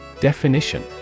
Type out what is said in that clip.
Definition